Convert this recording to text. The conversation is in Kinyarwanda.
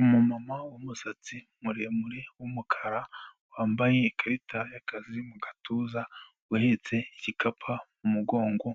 Umumama w'umusatsi muremure w'umukara wambaye ikarita y'akazi mu gatuza uhetse igikapa mu mugongo